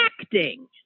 acting